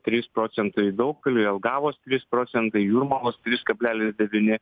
trys procentai daugpilio jelgavos trys procentai jūrmalos trys kablelis devyni